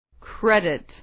credit